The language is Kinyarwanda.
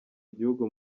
igihugu